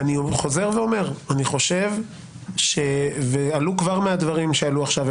אני חוזר ואומר: כבר מהדברים שעלו עכשיו,